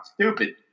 stupid